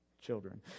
children